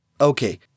Okay